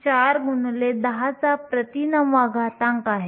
4 x 10 9 आहे